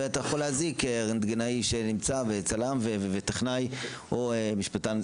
ואתה יכול להזעיק רנטגנאי שנמצא וצלם וטכנאי או משפטן.